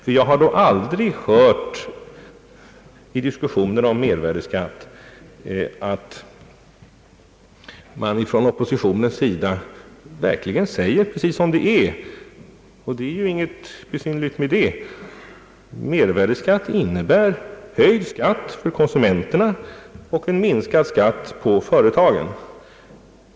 Ty jag har aldrig hört att oppositionen i diskussionerna om mervärdeskatt verkligen sagt precis som det är — och det är ingenting besynnerligt med den saken: mervärdeskatten innebär höjd skatt för konsumenterna och sänkt skatt på företagen.